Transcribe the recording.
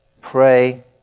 Pray